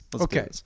Okay